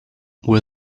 were